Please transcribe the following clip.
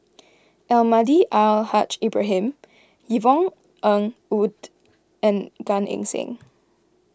Almahdi Al Haj Ibrahim Yvonne Ng Uhde and Gan Eng Seng